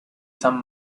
san